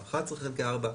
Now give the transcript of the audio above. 11 חלקי 4,